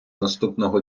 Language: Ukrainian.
наступного